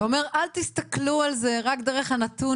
אתה אומר: אל תסתכלו על זה רק דרך הנתון